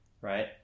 right